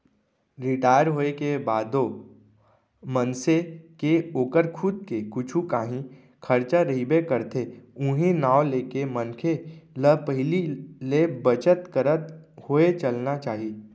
retire होए के बादो मनसे के ओकर खुद के कुछु कांही खरचा रहिबे करथे उहीं नांव लेके मनखे ल पहिली ले बचत करत होय चलना चाही